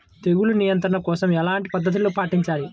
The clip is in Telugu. తెగులు నియంత్రణ కోసం ఎలాంటి పద్ధతులు పాటించాలి?